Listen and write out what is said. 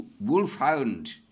wolfhound